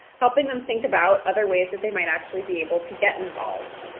helping them think about other ways that they might actually be able to get involved.